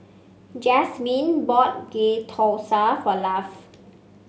Jazmine bought Ghee Thosai for Lafe